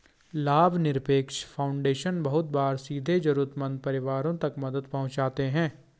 लाभनिरपेक्ष फाउन्डेशन बहुत बार सीधे जरूरतमन्द परिवारों तक मदद पहुंचाते हैं